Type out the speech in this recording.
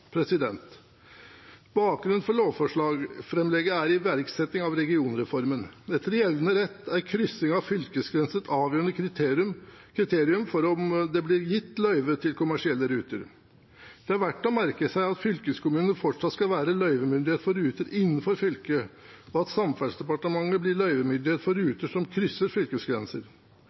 Bakgrunnen for lovframlegget er iverksetting av regionreformen. Etter gjeldende rett er kryssing av fylkesgrenser et avgjørende kriterium for om det blir gitt løyve til kommersielle ruter. Det er verdt å merke seg at fylkeskommunene fortsatt skal være løyvemyndighet for ruter innenfor fylket, og at Samferdselsdepartementet blir løyvemyndighet for ruter som krysser fylkesgrenser.